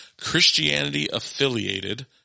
Christianity-affiliated